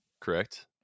Correct